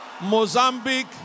Mozambique